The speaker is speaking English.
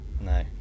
no